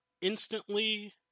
instantly